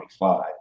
25